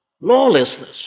Lawlessness